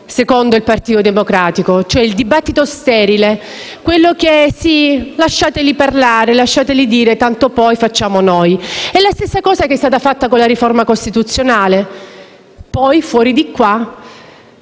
secondo il Partito Democratico? Il dibattito sterile, del tipo: «Sì, lasciateli parlare, lasciateli dire, tanto poi facciamo noi». È la stessa cosa che è stata fatta con la riforma costituzionale. Poi, fuori di qui,